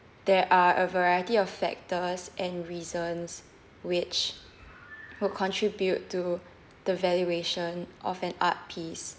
there are a variety of factors and reasons which could contribute to the valuation of an art piece